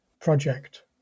project